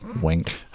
wink